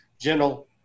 gentle